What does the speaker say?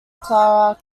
clara